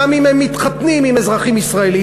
גם אם הם מתחתנים עם אזרחים ישראלים,